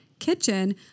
kitchen